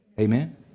Amen